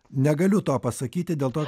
negaliu to pasakyti dėl to